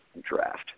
draft